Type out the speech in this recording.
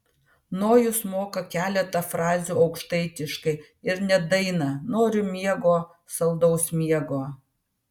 nojus moka keletą frazių aukštaitiškai ir net dainą noriu miego saldaus miego